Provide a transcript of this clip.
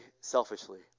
selfishly